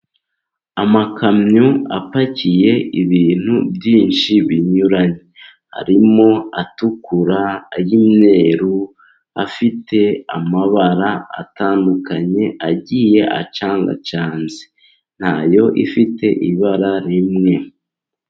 Amakamyo apakiye ibintu byinshi binyuranye. Arimo atukura, ay'imyeru, afite amabara atandukanye agiye acangacanze, nta yo ifite ibara rimwe.